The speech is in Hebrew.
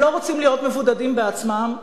הם לא רוצים להיות מבודדים בעצמם.